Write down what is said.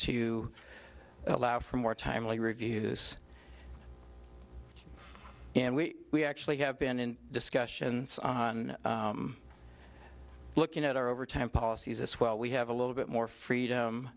to allow for more timely reviews and we actually have been in discussions on looking at our overtime policies as well we have a little bit more freedom